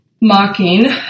Mocking